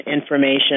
information